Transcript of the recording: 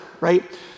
right